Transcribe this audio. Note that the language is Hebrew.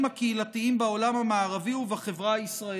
הקהילתיים בעולם המערבי ובחברה הישראלית.